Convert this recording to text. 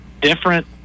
different